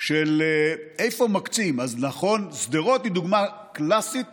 של איפה מקצים, אז נכון, שדרות היא דוגמה קלאסית